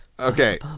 Okay